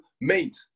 mate